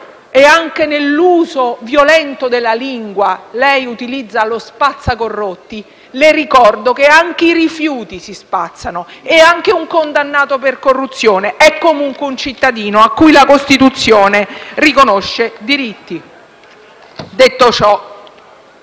anche con l'uso violento della lingua. Lei utilizza infatti l'espressione spazzacorrotti, ma le ricordo che anche i rifiuti si spazzano e che anche un condannato per corruzione è comunque un cittadino a cui la Costituzione riconosce diritti. Detto ciò,